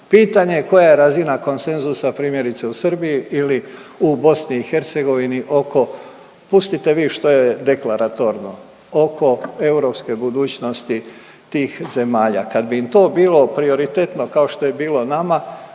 Pitanje je koja je razina konsenzusa primjerice u Srbiji ili u BiH oko, pustite vi što je deklaratorno oko europske budućnosti tih zemalja. Kad bi im to bilo prioritetno kao što je bilo nama